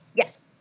Yes